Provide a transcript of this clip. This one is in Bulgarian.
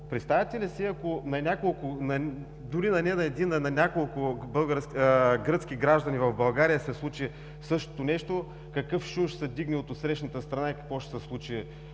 представяте ли си, ако на няколко, дори не на един, а на няколко гръцки граждани в България се случи същото нещо, какъв шум ще се вдигне от отсрещната страна и какво ще се случи